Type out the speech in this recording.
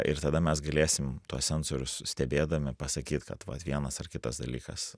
ir tada mes galėsim tuos sensorius stebėdami pasakyt kad vat vienas ar kitas dalykas